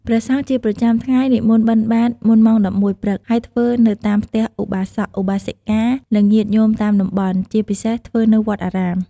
ព្រះសង្ឃជាប្រចាំថ្ងៃនិមន្តបិណ្ឌបាតមុនម៉ោង ១១ ព្រឹក ហើយធ្វើនៅតាមផ្ទះឧបាសក ឧបាសិកា និងញាតិញោមតាមតំបន់ ជាពិសេសធ្វើនៅវត្តអារាម។